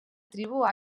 tribu